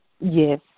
Yes